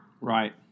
Right